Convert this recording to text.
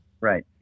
Right